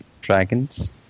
dragons